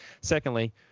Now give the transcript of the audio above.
Secondly